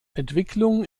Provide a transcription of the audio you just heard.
entwicklung